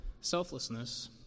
selflessness